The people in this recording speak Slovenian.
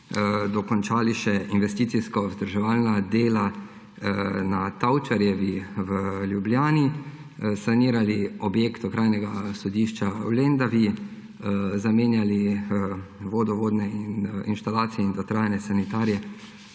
dokončali še investicijsko-vzdrževalna dela na Tavčarjevi v Ljubljani, sanirali objekt Okrajnega sodišča v Lendavi, zamenjali vodovodne inštalacije in dotrajane sanitarije